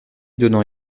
donnant